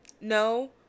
no